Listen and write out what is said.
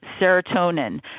serotonin